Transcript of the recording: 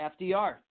FDR